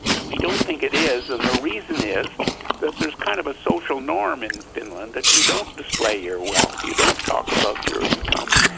we don't think it is. and the reason is that there's kind of a social norm in finland that you don't display your wealth. you don't talk about your income.